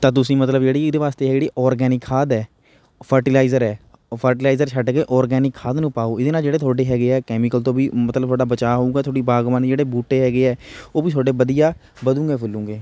ਤਾਂ ਤੁਸੀਂ ਮਤਲਬ ਜਿਹੜੀ ਇਹਦੇ ਵਾਸਤੇ ਜਿਹੜੀ ਔਰਗੈਨਿਕ ਖਾਦ ਹੈ ਫਰਟੀਲਾਈਜ਼ਰ ਹੈ ਉਹ ਫਰਟੀਲਾਈਜ਼ਰ ਛੱਡ ਕੇ ਔਰਗੈਨਿਕ ਖਾਦ ਨੂੰ ਪਾਓ ਇਹਦੇ ਨਾਲ਼ ਜਿਹੜੇ ਤੁਹਾਡੇ ਹੈਗੇ ਆ ਕੈਮੀਕਲ ਤੋਂ ਵੀ ਮਤਲਬ ਤੁਹਾਡਾ ਬਚਾ ਹੋਊਂਗਾ ਤੁਹਾਡੀ ਬਾਗਬਾਨੀ ਜਿਹੜੇ ਬੂਟੇ ਹੈਗੇ ਆ ਉਹ ਵੀ ਤੁਹਾਡੇ ਵਧੀਆ ਵਧੂਂਗੇ ਫੁੱਲੂਂਗੇ